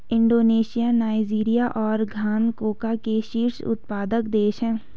Indonesia Nigeria और Ghana cocoa के शीर्ष उत्पादक देश हैं